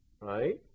right